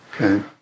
Okay